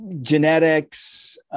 genetics